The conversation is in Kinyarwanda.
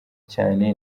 cyane